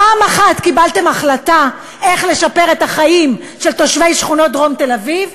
פעם אחת קיבלתם החלטה איך לשפר את החיים של תושבי שכונות דרום תל-אביב?